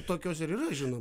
tokios ir yra žinoma